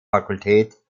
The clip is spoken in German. fakultät